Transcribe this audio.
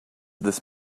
this